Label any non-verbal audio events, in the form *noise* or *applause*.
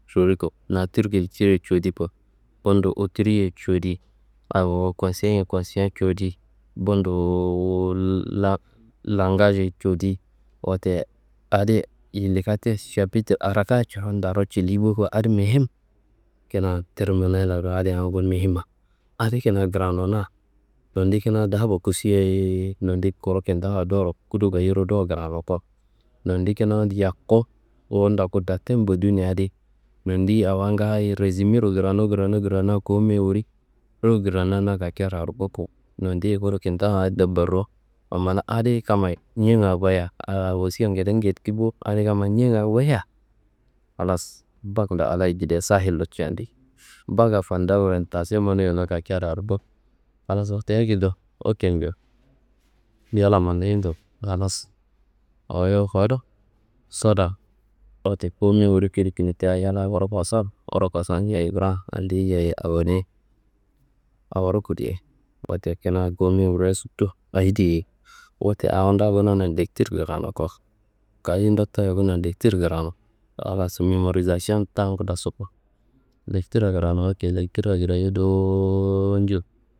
Cowodi ko Natur Kiltirre cowodi ko, bundo Otriye codi awo Konsian Inkonsian cowodi. Bundo La- Langaš cowodi, wote adi yindi kate šapitir araka coron lawu culi bo ko. Adi muhim kina terminallaro adi angu mihimma adi kina kranona. Nondi kina daba kusuyei, nondi kuru kintawuwa doro kudo gayoro do krano ko. Non kina yaku wu- n ndoku daten bodiwine adi nondi awowa ngaayo rezimero krano, krano, krano kawu mewu wuriro na kakearo arko ko. Nondiyi kudo kintawun dabaro amana adi kammayi ñeanga koyia a wassia ngede jediki bo. Adi kammayi ñeanga wuyia, halas bakka Allayi jidia sayillo cadi. Bakka fanda oriantasion manoiwa na kakearo arko. Halas wote akedo oke njo, yalla *unintelligible* halas awoyo kowodo. Sodan, wote kawu mewu wuri kilkil tia yalla wuro kosowo. Wuro kosuwan ayi gra? Andiyi yeyi awone aworo kude, wote kina kawu mewu wuria suntu ayi diyei? Wote awonda kona nilektir krano ko. Kaye ndottoye kona lektir krano, halas memorizaziyo tangu dasu. Lektirra krano, wote lektirra krayei dowowowowo ñjo.